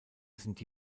sind